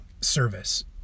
service